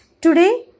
Today